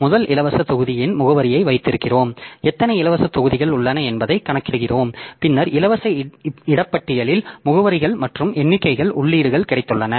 முதல் இலவச தொகுதியின் முகவரியை வைத்திருக்கிறோம் எத்தனை இலவச தொகுதிகள் உள்ளன என்பதைக் கணக்கிடுகிறோம் பின்னர் இலவச இடப்பட்டியலில் முகவரிகள் மற்றும் எண்ணிக்கைகள் உள்ளீடுகள் கிடைத்துள்ளன